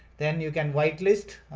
then you can white list,